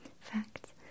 facts